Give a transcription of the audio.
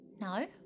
No